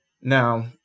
Now